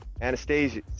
Anastasia